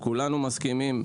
כולנו מסכימים,